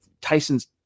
Tyson's